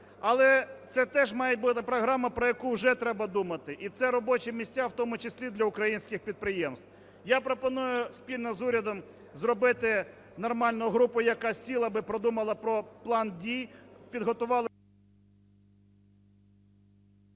Але це теж має бути програма, про яку вже треба думати. І це робочі місця, в тому числі для українських підприємств. Я пропоную спільно з урядом зробити нормальну групу, яка сіла би і продумала план дій, підготувала…